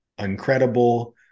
uncredible